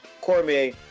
Cormier